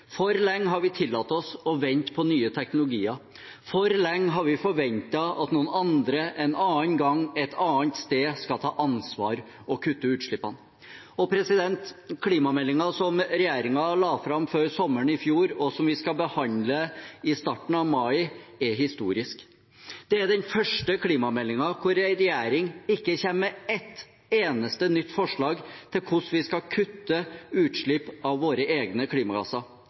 For lenge har vi tillatt oss å vente på nye teknologier. For lenge har vi forventet at noen andre en annen gang et annet sted skal ta ansvar og kutte utslippene. Klimameldingen, som regjeringen la fram før sommeren i fjor, og som vi skal behandle i starten av mai, er historisk. Det er den første klimameldingen hvor en regjering ikke kommer med et eneste nytt forslag til hvordan vi skal kutte utslipp av våre egne klimagasser